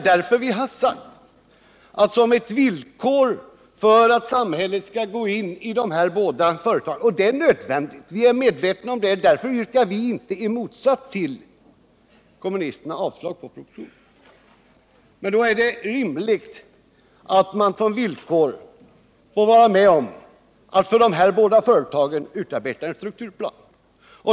Därför har vi satt som villkor för att samhället skall gå in i dessa båda företag — och att samhället gör det är nödvändigt; vi är medvetna om det, och i motsats till kommunisterna yrkar vi inte avslag på propositionen — att det för företagen utarbetas en strukturplan.